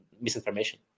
misinformation